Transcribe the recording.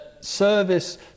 service